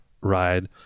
ride